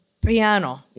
piano